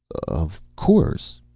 of course,